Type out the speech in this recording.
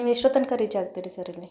ನೀವು ಎಷ್ಟೊತ್ತು ತನಕ ರೀಚ್ ಆಗ್ತಿರಿ ಸರ್ ಇಲ್ಲಿ